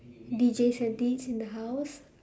D_J sandy is in the house